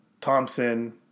Thompson